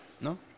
No